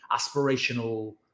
aspirational